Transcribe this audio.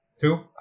Two